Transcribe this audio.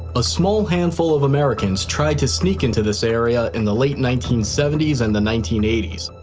a small handful of americans tried to sneak into this area in the late nineteen seventy s and the nineteen eighty s.